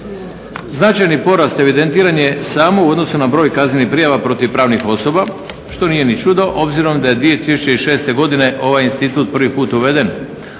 Značajni porast evidentiran je samo u odnosu na broj kaznenih prijava protiv pravnih osoba, što nije ni čudo obzirom da je 2006. godine ovaj institut prvi put uveden